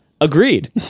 Agreed